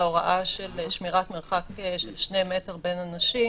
להוראה של שמירת מרחק 2 מטרים בין אנשים.